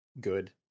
good